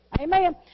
Amen